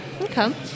Okay